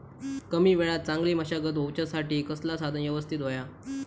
कमी वेळात चांगली मशागत होऊच्यासाठी कसला साधन यवस्तित होया?